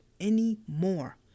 anymore